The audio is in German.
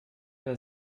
der